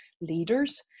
leaders